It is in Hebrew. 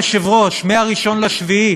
אדוני היושב-ראש, מ-1 ביולי,